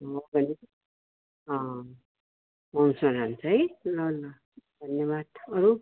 अँ है ल ल धन्यवाद अरू